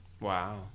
Wow